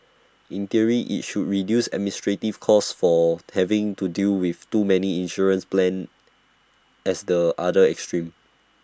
in theory IT should reduce administrative costs for having to deal with too many insurance plans as the other extreme